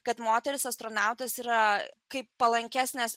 kad moteris astronautas yra kaip palankesnės